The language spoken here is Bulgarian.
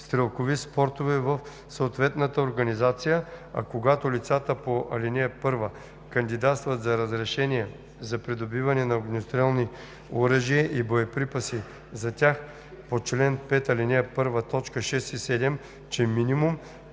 стрелкови спортове в съответната организация, а когато лицата по ал. 1 кандидатстват за разрешение за придобиване на огнестрелни оръжия и боеприпаси за тях по чл. 5, ал. 1, т. 6 и 7 – че минимум